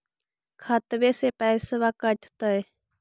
खतबे से पैसबा कटतय?